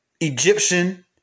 Egyptian